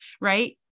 Right